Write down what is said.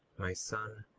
my son,